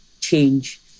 change